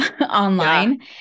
online